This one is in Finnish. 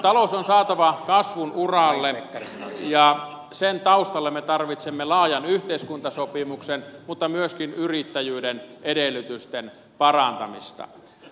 talous on saatava kasvun uralle ja sen taustalle me tarvitsemme laajan yhteiskuntasopimuksen mutta myöskin yrittäjyyden edellytysten parantamista